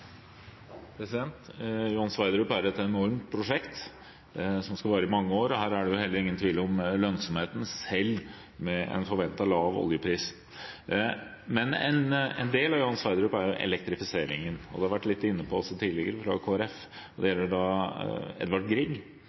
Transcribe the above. Johan Sverdrup er et enormt prosjekt som skal vare i mange år, og her er det heller ingen tvil om lønnsomheten, selv med en forventet lav oljepris. Men en del av Johan Sverdrup er jo elektrifiseringen. En har vært litt inne på det også tidligere, fra Kristelig Folkeparti, når det gjelder